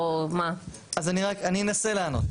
אני אנסה לענות.